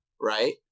right